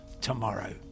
tomorrow